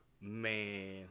Man